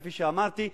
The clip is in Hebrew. כפי שאמרתי,